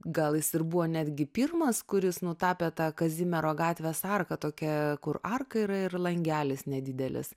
gal jis ir buvo netgi pirmas kuris nutapė tą kazimiero gatvės arką tokią kur arka yra ir langelis nedidelis